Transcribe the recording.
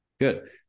Good